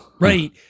Right